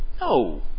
No